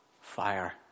fire